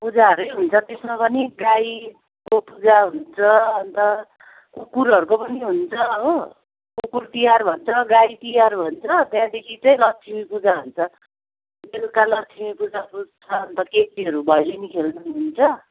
पूजाहरू हुन्छ त्यसमा पनि गाईको पूजा हुन्छ अन्त कुकुरहरूको पनि हुन्छ हो कुकुर तिहार भन्छ गाई तिहार भन्छ त्यहाँदेखि चाहिँ लक्ष्मी पूजा हुन्छ बेलका लक्ष्मी पूजा हुन्छ अन्त केटीहरू भैलेनी खेल्न हिँड्छ